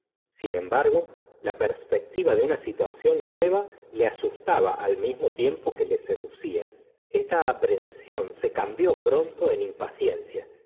sin embargo la perspectiva de una situación nueva le asustaba al mismo tiempo que le seducía esta aprensión se cambió pronto en impaciencia